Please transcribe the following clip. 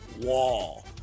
wall